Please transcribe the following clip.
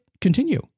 Continue